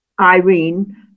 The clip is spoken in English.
Irene